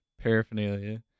paraphernalia